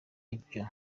ibyo